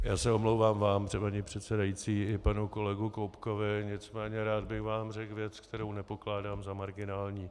Já se omlouvám vám, paní předsedající, i panu kolegu Koubkovi, nicméně rád bych vám řekl věc, kterou nepokládám za marginální.